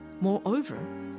Moreover